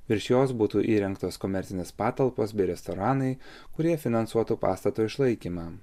virš jos būtų įrengtos komercinės patalpos bei restoranai kurie finansuotų pastato išlaikymą